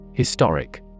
Historic